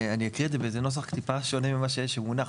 וזה נוסח טיפה שונה ממה שמונח,